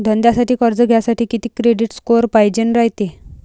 धंद्यासाठी कर्ज घ्यासाठी कितीक क्रेडिट स्कोर पायजेन रायते?